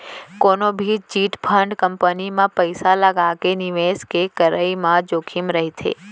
कोनो भी chit fund company म पइसा लगाके निवेस के करई म जोखिम रहिथे